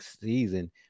season